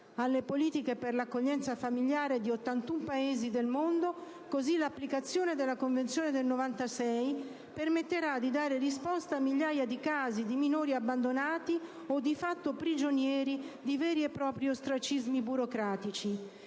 alle politiche per l'accoglienza familiare di 81 Paesi del mondo, così l'applicazione della Convenzione dell'Aja del 1996 permetterà di dare risposta a migliaia di casi di minori abbandonati o di fatto oggetto di veri e propri ostracismi burocratici.